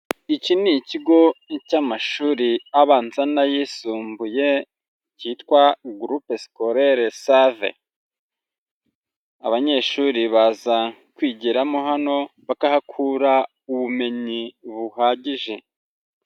Iki ni ikigo cy'amashuri abanza n'ayisumbuye, cyitwa gurupe sikorere Save, abanyeshuri baza kwigiramo hano bakahakura ubumenyi buhagije.